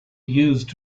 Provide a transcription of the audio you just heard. used